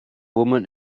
woman